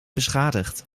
beschadigd